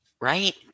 Right